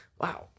Wow